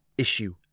issue